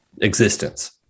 existence